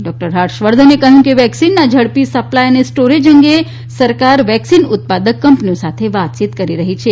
doctor હર્ષવર્ધને કહયું કે સરકાર વેકસીનના ઝડપી સપ્લાય અને સ્ટોરેજ અંગે સરકાર વેકસીન ઉત્પાદક કંપનીઓ સાથે વાતયીત કરી રહી છે